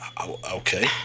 Okay